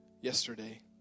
yesterday